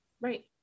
right